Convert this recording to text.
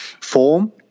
form